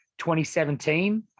2017